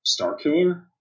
Starkiller